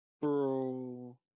Bro